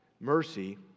Mercy